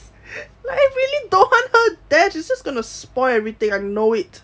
like I really don't want her there she's just gonna spoil everything I know it